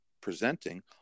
presenting